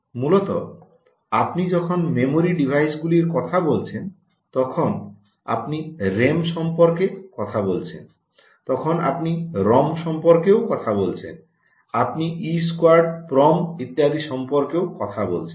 মূলত আপনি যখন মেমরি ডিভাইসগুলির কথা বলছেন তখন আপনি রেম সম্পর্কে কথা বলছেন তখন আপনি রম সম্পর্কে কথা বলছেন আপনি ই স্কোয়ার্ড প্রম ইত্যাদি সম্পর্কে কথা বলছেন